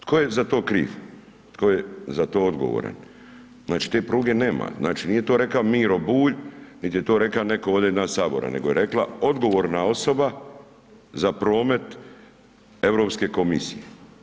Tko je za to kriv, tko je za to odgovoran, znači te pruge nema, znači nije to reka Miro Bulj, nit je to reka ovde nas iz sabora, nego je rekla odgovorna osoba za promet Europske komisije.